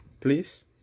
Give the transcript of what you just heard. please